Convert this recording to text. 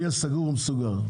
הכול יהיה סגור ומסוגר.